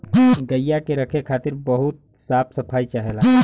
गइया के रखे खातिर बहुत साफ सफाई चाहेला